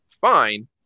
fine